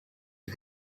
you